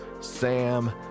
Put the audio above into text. Sam